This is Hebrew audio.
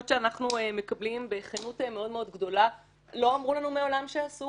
שאנחנו מקבלים בכנות מאוד מאוד גדולה לא אמרו לנו מעולם שאסור,